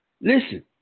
Listen